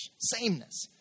Sameness